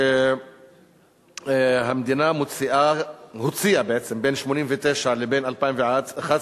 שהמדינה הוציאה בין 1989 ל-2011,